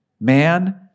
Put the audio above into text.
man